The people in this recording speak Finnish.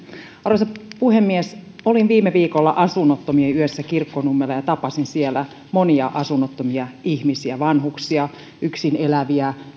arvoisa puhemies olin viime viikolla asunnottomien yössä kirkkonummella ja tapasin siellä monia asunnottomia ihmisiä vanhuksia yksineläviä